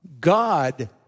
God